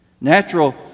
Natural